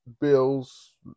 bills